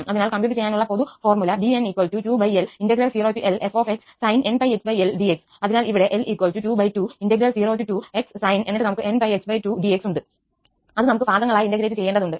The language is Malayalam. അതിനാൽ കമ്പ്യൂട്ട ചെയ്യാനുള്ള പൊതു ഫോർമുല bn2L0LfsinnπxL dx അതിനാൽ ഇവിടെ 𝐿 2202xsin എന്നിട്ട് നമുക്ക് nπx2dxഉണ്ട് അത് നമുക്ക് ഭാഗങ്ങളായി ഇന്റഗ്രേറ്റ് ചെയ്യേണ്ടതുണ്ട്